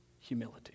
humility